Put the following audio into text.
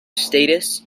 status